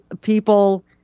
people